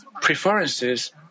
preferences